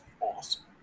awesome